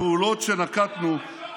הפעולות שנקטנו, שוחד,